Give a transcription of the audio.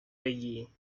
بگی